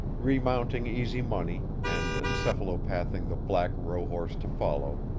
remounting easy money and encephalopathing the black rohorse to follow,